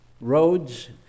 roads